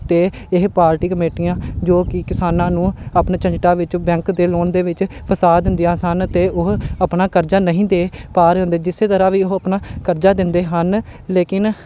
ਅਤੇ ਇਹ ਪਾਰਟੀ ਕਮੇਟੀਆਂ ਜੋ ਕਿ ਕਿਸਾਨਾਂ ਨੂੰ ਆਪਣੇ ਝੰਜਟਾਂ ਵਿੱਚ ਬੈਂਕ ਦੇ ਲੋਨ ਦੇ ਵਿੱਚ ਫਸਾ ਦਿੰਦੀਆਂ ਸਨ ਅਤੇ ਉਹ ਆਪਣਾ ਕਰਜ਼ਾ ਨਹੀਂ ਦੇ ਪਾ ਰਹੇ ਹੁੰਦੇ ਜਿਸ ਤਰ੍ਹਾਂ ਵੀ ਉਹ ਆਪਣਾ ਕਰਜ਼ਾ ਦਿੰਦੇ ਹਨ ਲੇਕਿਨ